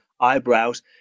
eyebrows